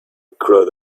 crowd